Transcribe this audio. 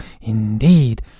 indeed